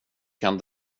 kan